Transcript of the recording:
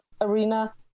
arena